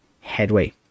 headway